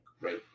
Right